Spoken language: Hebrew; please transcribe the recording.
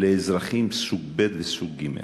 לאזרחים סוג ב' וסוג ג'.